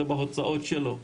זה בהוצאות שלו.